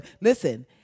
listen